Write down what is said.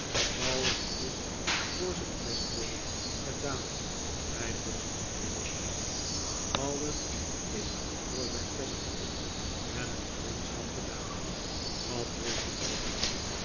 alles is voor zijn bestwil gedaan mijn beste mijnheer wickfield alles is voor zijn bestwil en uit vriendschap gedaan dat weten wij wel